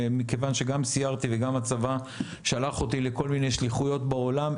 מכיוון שגם סיירתי וגם הצבא שלח אותי לכל מיני שליחויות בעולם,